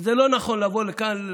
וזה לא נכון לבוא לכאן,